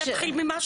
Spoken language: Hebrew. צריך להתחיל ממשהו.